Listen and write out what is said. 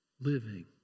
living